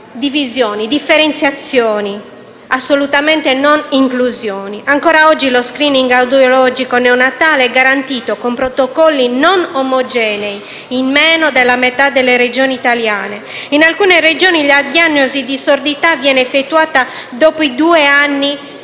divisioni e differenziazioni, ma assolutamente non inclusioni. Ancora oggi lo *screening* audiologico neonatale è garantito, con protocolli non omogenei, in meno della metà delle Regioni italiane. In alcune Regioni la diagnosi di sordità viene effettuata dopo i due anni del